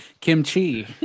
Kimchi